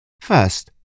First